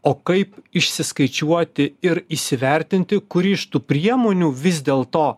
o kaip išsiskaičiuoti ir įsivertinti kuri iš tų priemonių vis dėl to